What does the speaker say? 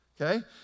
Okay